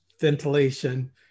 ventilation